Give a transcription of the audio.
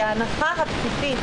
כי ההנחה הבסיסית,